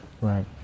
Right